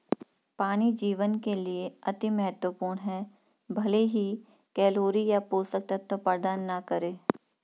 पानी जीवन के लिए अति महत्वपूर्ण है भले ही कैलोरी या पोषक तत्व प्रदान न करे